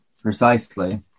Precisely